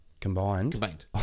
Combined